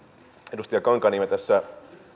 edustaja kankaanniemi tässä